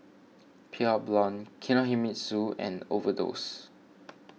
Pure Blonde Kinohimitsu and Overdose